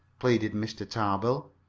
pleaded mr. tarbill.